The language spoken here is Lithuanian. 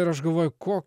ir aš galvoju ko